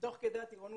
תוך כדי הטירונות,